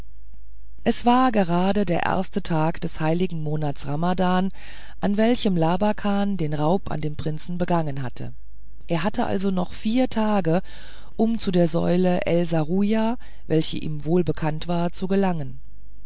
es war gerade der erste tag des heiligen monats ramadan an welchem labakan den raub an dem prinzen begangen hatte und er hatte also noch vier tage um zu der säule el serujah welche ihm wohlbekannt war zu gelangen